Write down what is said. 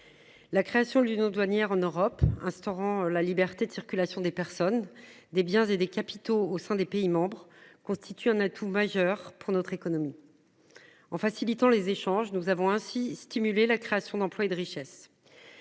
La création de l'union douanière en Europe instaurant la liberté de circulation des personnes, des biens et des capitaux au sein des pays membres constitue un atout majeur pour notre économie. En facilitant les échanges. Nous avons ainsi stimuler la création d'emplois et de richesses.